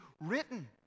written